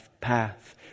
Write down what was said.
path